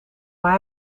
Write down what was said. maar